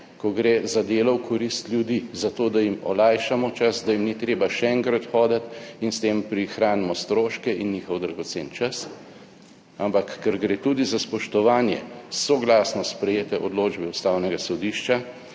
ko gre za delo v korist ljudi, za to, da jim olajšamo čas, da jim ni treba še enkrat hoditi in s tem prihranimo stroške in njihov dragocen čas. Ampak ker gre tudi za spoštovanje soglasno sprejete odločbe Ustavnega sodišča,